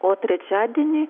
o trečiadienį